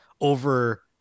Over